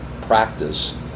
practice